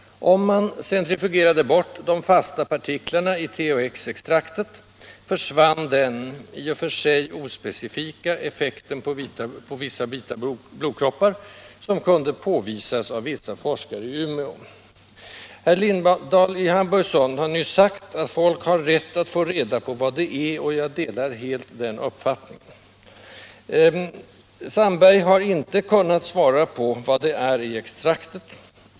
Om man centrifugerade bort de fasta partiklarna i THX extraktet, försvann den — i och för sig ospecifika — effekt på vita blodkroppar som kunde påvisas av vissa forskare i Umeå. Herr Lindahl i Hamburgsund har nyss sagt att folk har rätt att få reda på vad THX är, och jag delar helt den uppfattningen. Dr Sandberg har inte kunnat svara på frågan vad det är i extraktet.